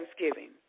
thanksgiving